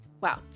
Wow